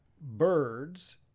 birds